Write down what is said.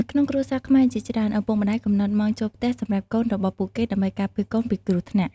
នៅក្នុងគ្រួសារខ្មែរជាច្រើន ឪពុកម្តាយកំណត់ម៉ោងចូលផ្ទះសម្រាប់កូនរបស់ពួកគេ ដើម្បីការពារកូនពីគ្រោះថ្នាក់។